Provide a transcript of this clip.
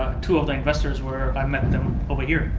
two of the investors were, i met them over here.